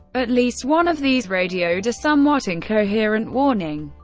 at least one of these radioed a somewhat incoherent warning.